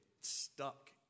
stuck